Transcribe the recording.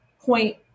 point